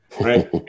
right